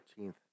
13th